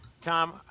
Tom